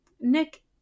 Nick